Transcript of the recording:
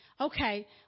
okay